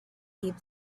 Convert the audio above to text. gave